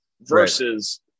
versus